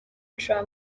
trump